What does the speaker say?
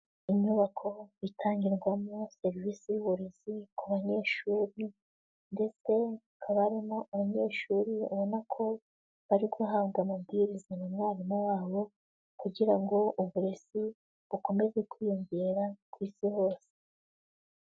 Inyubako itangirwamo serivisi y'uburezi ku banyeshuri, ndetse hakaba harimo abanyeshuri ubona ko bari guhabwa amabwiriza na mwarimu wabo, kugira ngo uburezi bukomeze kwiyongera ku isi hose.